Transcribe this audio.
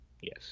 Yes